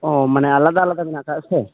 ᱚ ᱢᱟᱱᱮ ᱟᱞᱟᱫᱟ ᱟᱞᱟᱫᱟ ᱢᱮᱱᱟᱜ ᱠᱟᱫᱟ ᱥᱮ